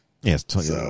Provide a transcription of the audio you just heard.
Yes